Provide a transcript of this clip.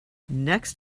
next